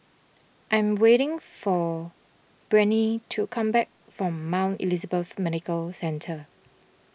I am waiting for Brittnee to come back from Mount Elizabeth Medical Centre